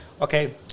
Okay